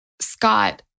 Scott